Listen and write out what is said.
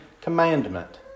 commandment